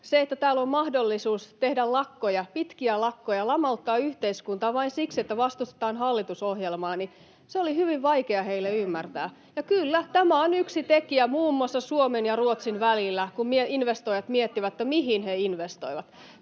se, että täällä on mahdollisuus tehdä lakkoja, pitkiä lakkoja, lamauttaa yhteiskuntaa vain siksi, että vastustetaan hallitusohjelmaa, oli hyvin vaikea ymmärtää. Ja kyllä, tämä on yksi tekijä muun muassa Suomen ja Ruotsin välillä, kun investoijat miettivät, mihin he investoivat.